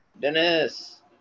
dennis